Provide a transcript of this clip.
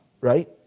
right